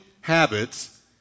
habits